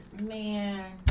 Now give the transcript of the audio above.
Man